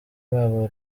babo